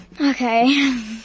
Okay